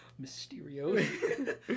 Mysterio